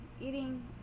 eating